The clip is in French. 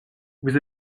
vous